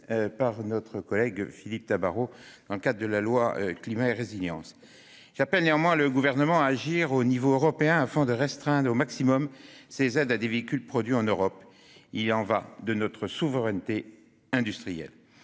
par notre collègue Philippe Tabarot lors des débats sur la loi Climat et résilience. J'appelle néanmoins le Gouvernement à agir au niveau européen, afin de restreindre au maximum ces aides à des véhicules produits en Europe. Il y va de notre souveraineté industrielle.